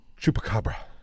Chupacabra